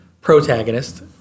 protagonist